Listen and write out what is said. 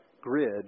grid